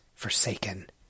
Forsaken